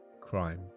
crime